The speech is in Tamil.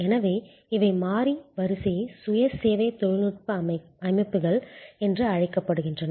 எனவே இவை மாறி வரிசை சுய சேவை தொழில்நுட்ப அமைப்புகள் என்று அழைக்கப்படுகின்றன